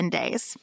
days